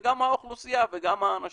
גם האוכלוסייה וגם האנשים,